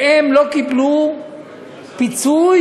והם לא קיבלו פיצוי,